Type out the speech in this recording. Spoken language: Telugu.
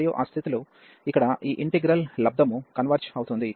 మరియు ఆ స్థితిలు ఇక్కడ ఈ ఇంటిగ్రల్ లబ్ధము కన్వర్జ్ అవుతుంది